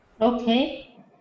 Okay